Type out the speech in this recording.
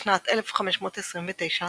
בשנת 1529,